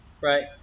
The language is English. right